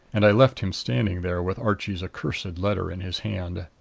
and i left him standing there with archie's accursed letter in his hand.